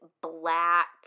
black